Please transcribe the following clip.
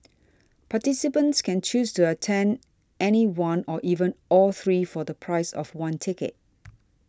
participants can choose to attend any one or even all three for the price of one ticket